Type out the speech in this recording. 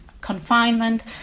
confinement